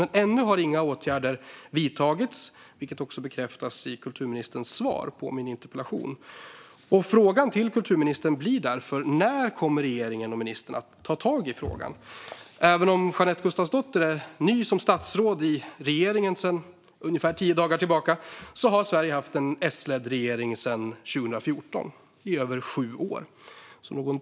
Men ännu har inga åtgärder vidtagits, vilket också bekräftas i kulturministerns svar på min interpellation. Frågan till kulturministern blir därför: När kommer regeringen och ministern att ta tag i frågan? Även om Jeanette Gustafsdotter är ny som statsråd i regeringen, sedan ungefär tio dagar tillbaka, har Sverige haft en S-ledd regering sedan 2014, i över sju år.